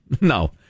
no